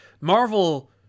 Marvel